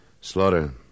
Slaughter